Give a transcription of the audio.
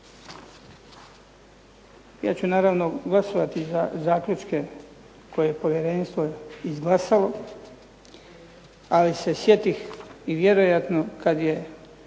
Ja ću naravno ... zaključke koje je Povjerenstvo izglasalo ali se sjetih vjerojatno kada je